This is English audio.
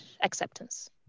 acceptance